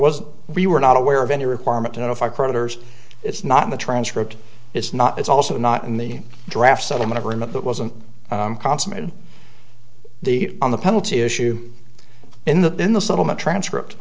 was we were not aware of any requirement to notify creditors it's not in the transcript it's not it's also not in the draft settlement agreement that wasn't consummated the on the penalty issue in the in the settlement transcript